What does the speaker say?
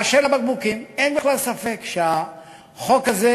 באשר לבקבוקים, אין בכלל ספק שהחוק הזה